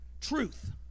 Truth